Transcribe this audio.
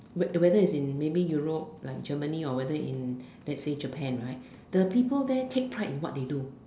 where whether it's in maybe Europe like Germany or whether in let's say Japan right the people there take pride in what they do